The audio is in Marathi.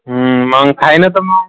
मंग आहे तर म